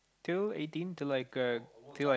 till eighteen till like till like